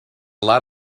lot